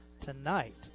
tonight